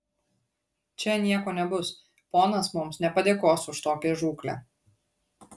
čia nieko nebus ponas mums nepadėkos už tokią žūklę